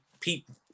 people